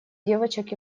девочек